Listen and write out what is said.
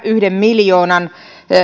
yhden miljoonan